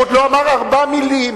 הוא עוד לא אמר ארבע מלים.